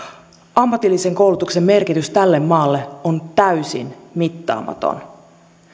ammatillisen koulutuksen merkitys tälle maalle on täysin mittaamaton